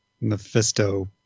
Mephisto